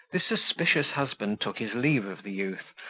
this suspicious husband took his leave of the youth,